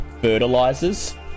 fertilizers